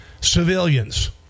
civilians